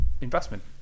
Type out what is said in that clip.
investment